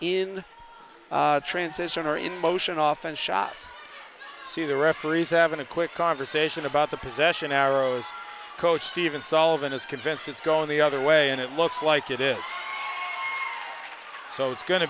in transition or in motion often shots see the referees having a quick conversation about the possession arrows coach stephen solvent is convinced it's going the other way and it looks like it is so it's go